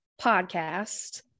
podcast